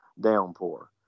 downpour